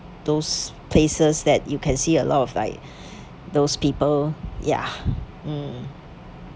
those places that you can see a lot of like those people ya mm